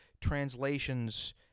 translations